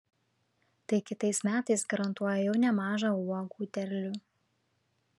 tai kitais metais garantuoja jau nemažą uogų derlių